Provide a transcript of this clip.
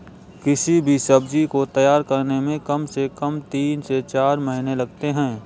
किसी भी सब्जी को तैयार होने में कम से कम तीन से चार महीने लगते हैं